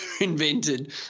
invented